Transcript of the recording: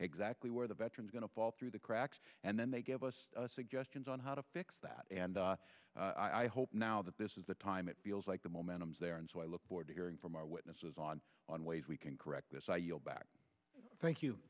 exactly where the veterans going to fall through the cracks and then they give us suggestions on how to fix that and i hope now that this is the time it feels like the momentum is there and so i look forward to hearing from our witnesses on on ways we can correct this i yield back thank